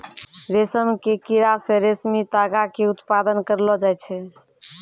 रेशम के कीड़ा से रेशमी तागा के उत्पादन करलो जाय छै